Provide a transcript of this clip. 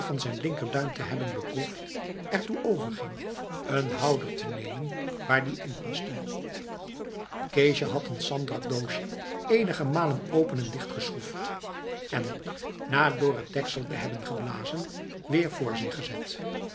zijn linkerduim te hebben beproefd er toe overging een houder te nemen waar die in paste keesje had een sandrakdoosje eenige malen open en dichtgeschroefd en na door het deksel te hebben geblazen weer voor zich